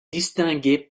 distinguaient